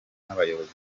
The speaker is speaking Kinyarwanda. n’abayobozi